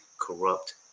corrupt